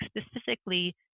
specifically